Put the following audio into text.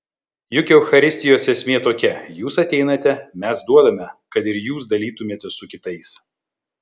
juk eucharistijos esmė tokia jūs ateinate mes duodame kad ir jūs dalytumėtės su kitais